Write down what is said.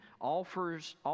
offers